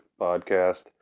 podcast